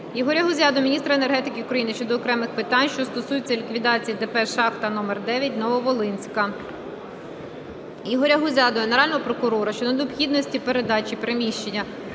Ігоря Гузя до міністра енергетики України щодо окремих питань, що стосуються ліквідації ДП "Шахта № 9 "Нововолинська". Ігоря Гузя до Генерального прокурора щодо необхідності передачі приміщення